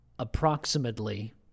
Approximately